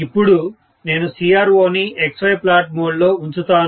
ఇపుడు నేను CRO ని XY ప్లాట్ మోడ్ లో ఉంచుతాను